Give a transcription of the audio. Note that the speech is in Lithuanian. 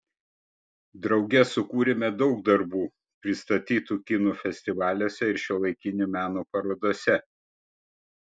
drauge sukūrėme daug darbų pristatytų kino festivaliuose ir šiuolaikinio meno parodose